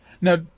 Now